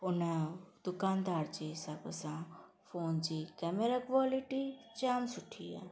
हुन दुकानदार जे हिसाब सां फ़ोन जी केमरा कॉलिटी जाम सुठी आहे